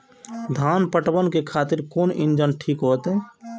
धान पटवन के खातिर कोन इंजन ठीक होते?